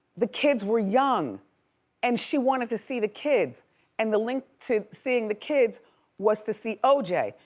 the kids were young and she wanted to see the kids and the link to seeing the kids was to see o j.